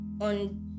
On